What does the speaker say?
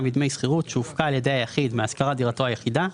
מדמי שכירות שהופקה על ידי היחיד מהשכרת דירתו היחידה,